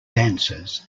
dancers